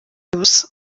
ubusa